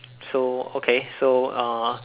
so okay so uh